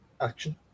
action